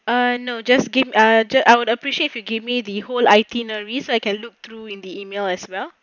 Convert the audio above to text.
ah no just be~ uh I would appreciate if you give me the whole itineraries so that I can look through in the email as well